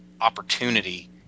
opportunity